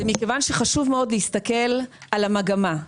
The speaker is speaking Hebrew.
זה מכיוון שחשוב מאוד להסתכל על המגמה.